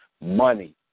Money